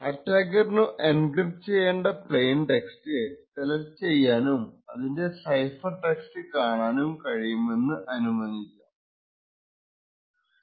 അറ്റാക്കറിനു encrypt ചെയ്യേണ്ട plain text select ചെയ്യാനും അതിൻറെ സൈഫർ ടെക്സ്റ്റ് കാണാനും കഴിയുമെന്ന് നമുക്ക് അനുമാനിക്കാം